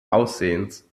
aussehens